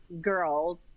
girls